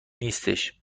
نیستش